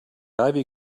ivy